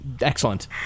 Excellent